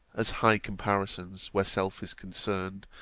as high comparisons, where self is concerned,